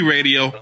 Radio